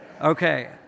Okay